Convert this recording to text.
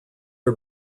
are